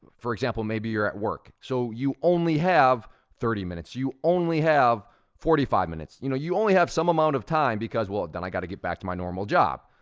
for example, maybe you're at work, so you only have thirty minutes, you only have forty five minutes. you know, you only have some amount of time because, well, then i gotta get back to my normal job.